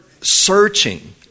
searching